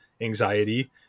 anxiety